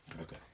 Okay